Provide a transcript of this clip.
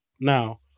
Now